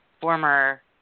former